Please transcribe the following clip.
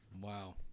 Wow